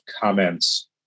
comments